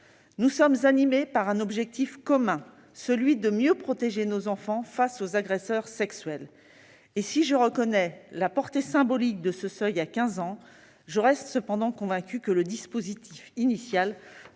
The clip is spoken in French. Nous sommes animés par un objectif commun, celui de mieux protéger nos enfants face aux agresseurs sexuels. Et, si je reconnais la portée symbolique de ce seuil fixé à 15 ans, je reste cependant convaincue que le dispositif initial